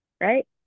right